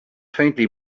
faintly